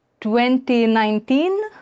2019